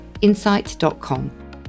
insight.com